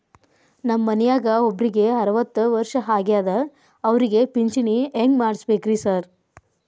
ನಮ್ ಮನ್ಯಾಗ ಒಬ್ರಿಗೆ ಅರವತ್ತ ವರ್ಷ ಆಗ್ಯಾದ ಅವ್ರಿಗೆ ಪಿಂಚಿಣಿ ಹೆಂಗ್ ಮಾಡ್ಸಬೇಕ್ರಿ ಸಾರ್?